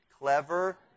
Clever